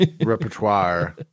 repertoire